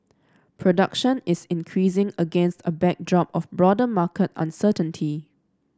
production is increasing against a backdrop of broader market uncertainty